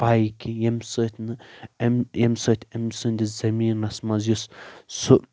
پاے کیٚنہہ ییٚمہِ سۭتۍ نہٕ ایم ییٚمہِ سۭتۍ امہِ سٕندِس زٔمیٖنس منٛز یُس سُہ